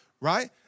right